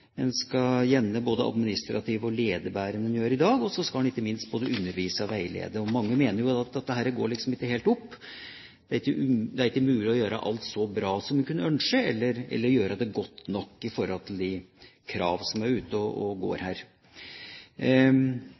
en skal gjerne både administrere og lede bedre enn en gjør i dag, og så skal en ikke minst både undervise og veilede. Mange mener at dette ikke går helt opp. Det er ikke mulig å gjøre alt så bra som en kunne ønske, eller gjøre det godt nok i forhold til de krav som er ute og går. Og